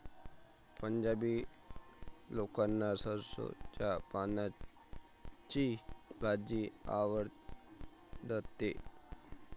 पंजाबी लोकांना सरसोंच्या पानांची भाजी आवडते